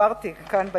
שצברתי כאן ביד,